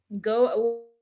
go